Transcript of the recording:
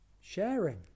sharing